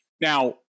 Now